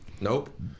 nope